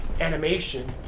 animation